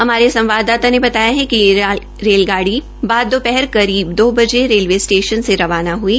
हमारे संवाददाता ने बताया कि यह रेलगाड़ी बाद दो हर दो बजे रेलवे स्टेशन से रवाना हई